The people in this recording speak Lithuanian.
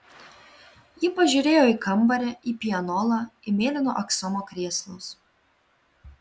ji pažiūrėjo į kambarį į pianolą į mėlyno aksomo krėslus